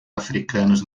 africanos